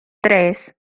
tres